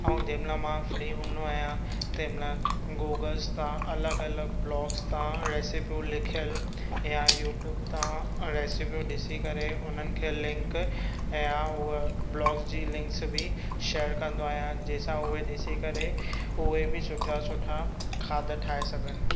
ऐं जंहिं महिल मां फ़्री हूंदो आहियां तंहिं महिल गूगल्स तां अलॻि अलॻि ब्लॉग्स तां रेसपियूं लिखियल या यूट्यूब तां रेसपियूं ॾिसी करे उन्हनि खे लिंक ऐं आउं उहा ब्लॉग्स जी लिंक्स बि शेयर कंदो आहियां जंहिं सां उहे ॾिसी करे उहे बि सुठा सुठा खाधा ठाहे सघनि